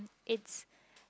it's